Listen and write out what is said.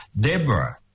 Deborah